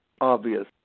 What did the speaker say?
Obvious